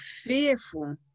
fearful